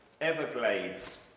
Everglades